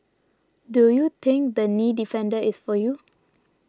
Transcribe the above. do you think the Knee Defender is for you